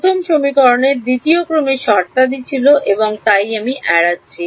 প্রথম সমীকরণে দ্বিতীয় ক্রমের শর্তাদি ছিল এবং তাই আমি এড়াচ্ছি